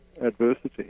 adversity